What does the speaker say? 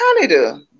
Canada